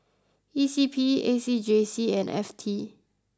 E C P A C J C and F T